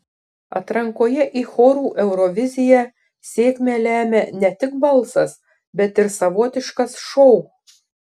atrankoje į chorų euroviziją sėkmę lemia ne tik balsas bet ir savotiškas šou